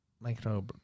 Micro